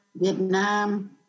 Vietnam